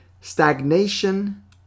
Stagnation